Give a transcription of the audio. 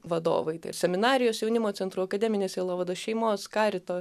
vadovai tai ir seminarijos jaunimo centrų akademinės sielovados šeimos karito